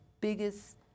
biggest